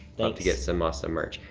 love to get some awesome merch.